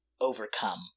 overcome